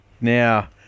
Now